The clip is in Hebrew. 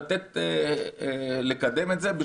לתת לקדם את זה,